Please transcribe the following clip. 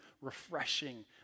refreshing